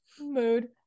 mood